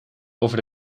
over